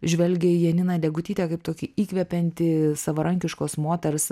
žvelgia į janiną degutytę kaip tokį įkvepiantį savarankiškos moters